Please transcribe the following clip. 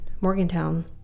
Morgantown